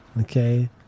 Okay